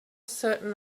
certain